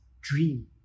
dream